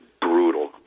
brutal